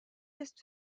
ist